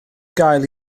gael